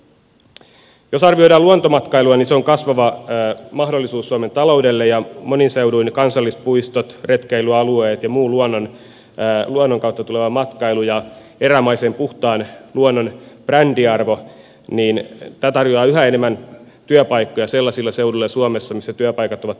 jos arvioidaan luontomatkailua niin se on kasvava mahdollisuus suomen taloudelle ja monin seuduin kansallispuistot retkeilyalueet ja muu luonnon kautta tuleva matkailu ja erämaisen puhtaan luonnon brändiarvo tarjoavat yhä enemmän työpaikkoja sellaisilla seuduilla suomessa missä työpaikat ovat tervetulleita